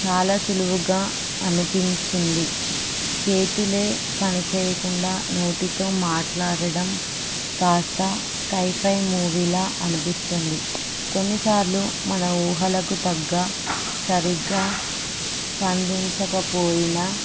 చాలా సులువుగా అనిపించింది చేతులే పనిచేయకుండా నోటితో మాట్లాడడం కాస్త సైఫై మూవీలా అనిపిస్తుంది కొన్నిసార్లు మన ఊహలకు తగ్గ సరిగ్గా స్పందించకపోయినా